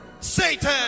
Satan